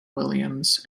williams